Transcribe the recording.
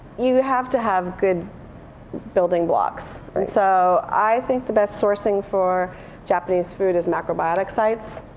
you have to have good building blocks. so, i think the best sourcing for japanese food is macrobiotic sites.